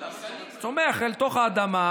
הוא צומח אל תוך האדמה.